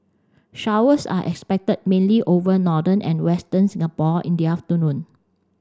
showers are expected mainly over northern and western Singapore in the afternoon